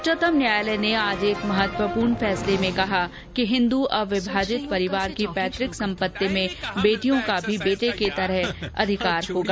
उच्चतम न्यायालय ने आज एक महत्वपूर्ण फैसले में कहा कि हिन्दू अविभाजित परिवार की पैतृक संपत्ति में बेटियों का भी बेटे की तरह समान अधिकार होगा